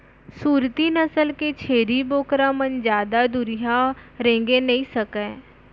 सूरती नसल के छेरी बोकरा मन जादा दुरिहा रेंगे नइ सकय